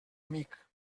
amic